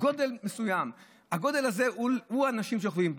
גודל מסוים, הגודל הזה, האנשים שוכבים בו.